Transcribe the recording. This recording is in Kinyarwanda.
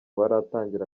baratangira